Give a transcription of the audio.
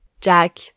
Jack